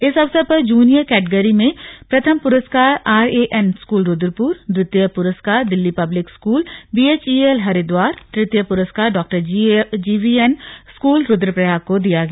इस अवसर पर जूनियर कैटगरी में प्रथम पुरस्कार R A N school Rudrapur द्वितीय पुरस्कार दिल्ली पब्लिक स्कूल बीएचईएल हरिद्वार तृतीय पुरस्कार डा जेवीएन स्कूल रूद्रप्रयाग को दिया गया